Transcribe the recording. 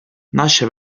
nasce